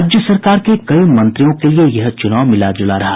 राज्य सरकार के कई मंत्रियों के लिए यह चूनाव मिलाजूला रहा